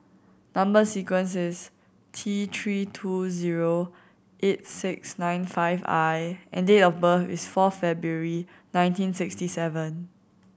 number sequence is T Three two zero eight six nine five I and date of birth is fourth February nineteen sixty seven